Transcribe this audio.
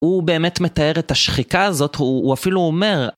הוא באמת מתאר את השחיקה הזאת, הוא אפילו אומר...